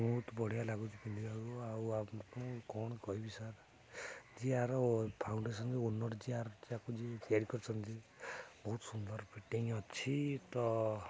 ବହୁତ ବଢ଼ିଆ ଲାଗୁଛି ପିନ୍ଧିବାକୁ ଆଉ ଆମକୁ କ'ଣ କହିବି ସାର୍ ଯେ ଆର ଫାଉଣ୍ଡେସନ୍ ଓନର୍ ଯେ ଆର ଯେ ଆକୁ ଯିଏ ତିଆରି କରିଛନ୍ତି ବହୁତ ସୁନ୍ଦର ପିଟିଙ୍ଗ ଅଛି ତ